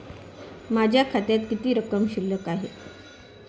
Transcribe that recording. माझ्या खात्यात किती रक्कम शिल्लक आहे?